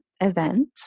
event